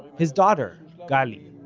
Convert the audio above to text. his daughter, gali,